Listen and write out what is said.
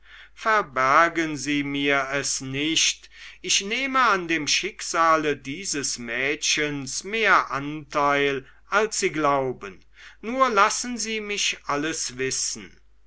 verbergen sie mir es nicht ich nehme an dem schicksale dieses mädchens mehr anteil als sie glauben nur lassen sie mich alles wissen